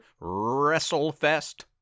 WrestleFest